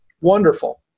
Wonderful